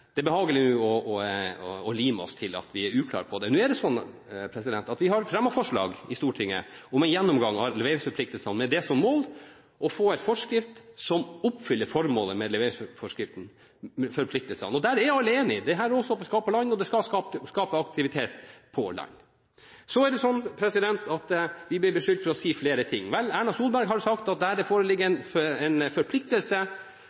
det er behagelig å lime oss til at vi er uklare her. Nå er det slik at vi har fremmet forslag i Stortinget om en gjennomgang av leveringsforpliktelsene, med det mål å få en forskrift som oppfyller formålet med leveringsforpliktelsene. Der er alle enige. Dette råstoffet skal på land, og det skal skape aktivitet på land. Så blir vi beskyldt for å si flere ting. Erna Solberg har sagt at der det foreligger